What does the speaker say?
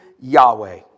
Yahweh